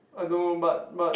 I don't know but but